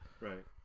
Right